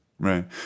Right